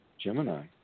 Gemini